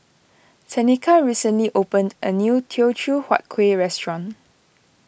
Tenika recently opened a new Teochew Huat Kuih restaurant